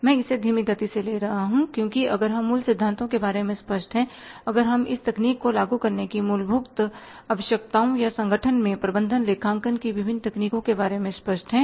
मैं इसे धीमी गति से ले रहा हूं क्योंकि अगर हम मूल सिद्धांतों के बारे में स्पष्ट हैं अगर हम इस तकनीक को लागू करने की मूलभूत आवश्यकताओं या संगठन में प्रबंधन लेखांकन की विभिन्न तकनीकों के बारे में स्पष्ट हैं